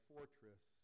fortress